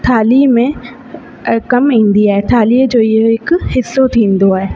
थाली में अ कम ईंदी आहे थालीअ जो इहो हिकु हिस्सो थींदो आहे